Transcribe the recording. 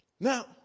Now